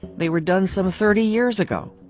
they were done some thirty years ago.